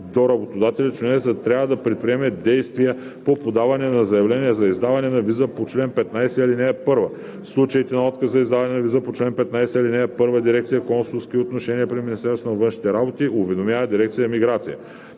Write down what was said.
до работодателя чужденецът трябва да предприеме действия по подаване на заявление за издаване на виза по чл. 15, ал. 1. В случаите на отказ за издаване на виза по чл. 15, ал. 1 дирекция „Консулски отношения“ при Министерството на външните работи уведомява дирекция „Миграция“.